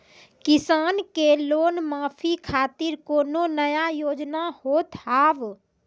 किसान के लोन माफी खातिर कोनो नया योजना होत हाव?